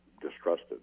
distrusted